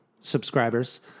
subscribers